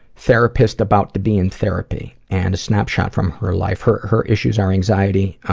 therapist about to be in therapy, and a snapshot from her life. her her issues are anxiety,